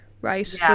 right